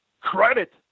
credit